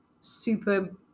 super